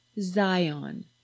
Zion